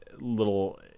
little